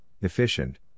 efficient